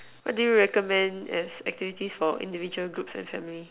what do you recommend as activities for individual groups and semi